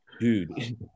dude